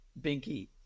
Binky